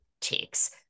ticks